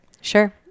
Sure